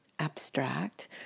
abstract